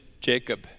Jacob